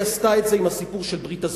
היא עשתה את זה עם הסיפור של ברית הזוגיות.